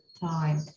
time